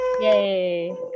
Yay